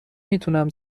میتونم